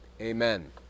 amen